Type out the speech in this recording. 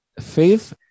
faith